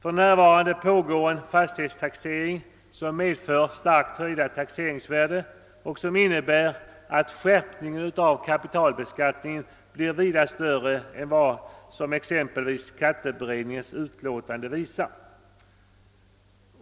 För närvarande pågår en fastighetstaxering, som medför starkt höjda taxeringsvärden och som innebär att skärpningen av kapitalbeskattningen blir vida större än vad exempelvis skatteberedningens utlåtande visar.